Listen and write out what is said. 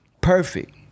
Perfect